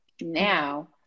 Now